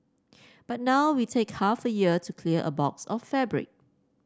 but now we take half a year to clear a box of fabric